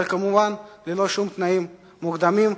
אבל כמובן ללא שום תנאים מוקדמים,